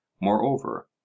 Moreover